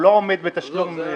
הוא לא עומד בתשלום --- עזוב,